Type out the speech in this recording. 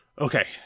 Okay